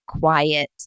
quiet